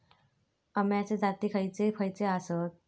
अम्याचे जाती खयचे खयचे आसत?